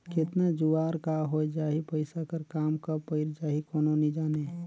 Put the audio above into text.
केतना जुवार का होए जाही, पइसा कर काम कब पइर जाही, कोनो नी जानें